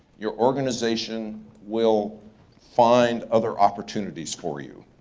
your organization will find other opportunities for you,